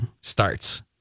starts